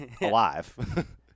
alive